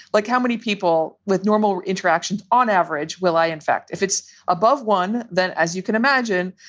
like how many people with normal interactions on average will i? in fact, if it's above one, then as you can imagine,